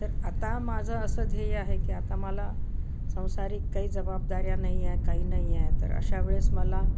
तर आता माझं असं ध्येय आहे की आता मला सांसारिक काही जबाबदाऱ्या नाही आहे काही नाही आहे तर अशावेळेस मला